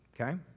Okay